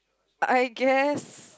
I guess